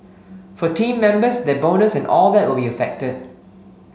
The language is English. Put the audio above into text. for team members their bonus and all that will be affected